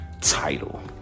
title